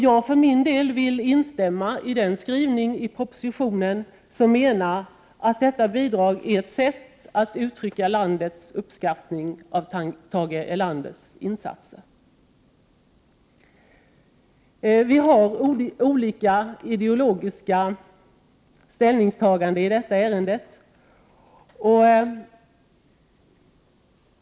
Jag för min del vill instämma i den skrivning i propositionen som menar att detta bidrag är ett sätt att uttrycka landets uppskattning av Tage Erlanders insatser. Vi har gjort olika ideologiska ställningstaganden i detta ärende.